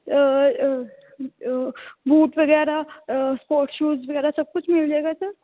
boot ਵਗੈਰਾ sport shoes ਵਗੈਰਾ ਸਭ ਕੁਛ ਮਿਲ ਜਾਏਗਾ ਸਰ